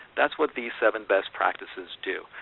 that's what these seven best practices do.